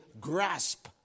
grasp